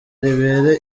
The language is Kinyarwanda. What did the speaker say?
ribera